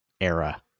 era